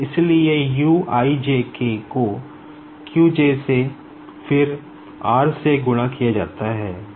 इसलिए U ijk को से फिर से गुणा किया जाता है